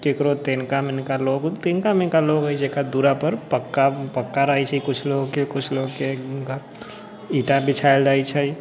ककरो तनिका मनिका लोग तनिका मनिका लोग होइ छै जकरा दूरापर पक्का रहै छै कुछ लोगके कुछ लोगके ईटा बिछायल रहै छै